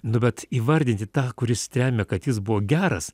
nu bet įvardinti tą kuris tremia kad jis buvo geras